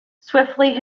swiftly